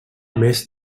més